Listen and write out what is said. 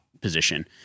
position